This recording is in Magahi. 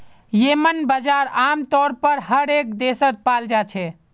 येम्मन बजार आमतौर पर हर एक देशत पाल जा छे